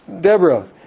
Deborah